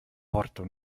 porto